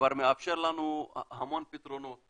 מאפשר לנו המון פתרונות